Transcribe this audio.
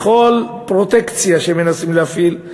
בכל פרוטקציה שמנסים להפעיל,